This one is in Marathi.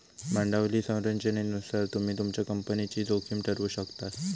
भांडवली संरचनेनुसार तुम्ही तुमच्या कंपनीची जोखीम ठरवु शकतास